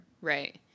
Right